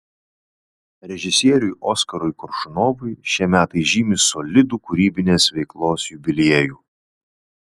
režisieriui oskarui koršunovui šie metai žymi solidų kūrybinės veiklos jubiliejų